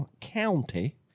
County